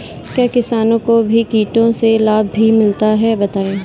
क्या किसानों को कीटों से लाभ भी मिलता है बताएँ?